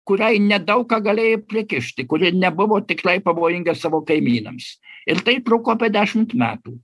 kuriai nedaug ką galėjai prikišti kuri nebuvo tikrai pavojinga savo kaimynams ir taip truko apie dešim metų